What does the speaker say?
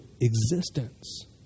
existence